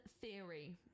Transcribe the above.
theory